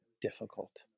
difficult